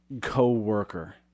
co-worker